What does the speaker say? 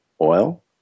oil